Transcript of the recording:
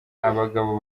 abagabo